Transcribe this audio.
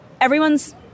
everyone's